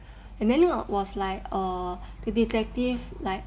and then it was like err the detective like